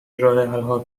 راهحلها